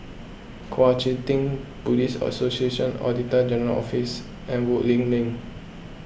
Kuang Chee Tng Buddhist Association Auditor General's Office and Woodleigh Link